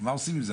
מה עושים עם זה?